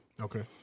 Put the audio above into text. Okay